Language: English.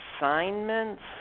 assignments